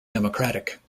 democratic